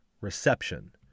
reception